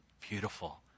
beautiful